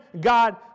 God